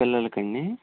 పిల్లలకండి